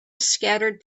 scattered